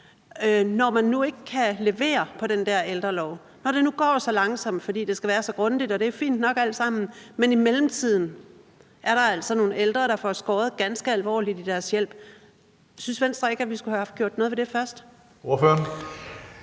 når man nu ikke kan levere på den der ældrelov, og når det nu går så langsomt, fordi det skal være så grundigt? Det er alt sammen fint nok, men i mellemtiden er der altså nogle ældre, der får skåret ganske alvorligt i deres hjælp. Synes Venstre ikke, at vi skulle have haft gjort noget ved det først?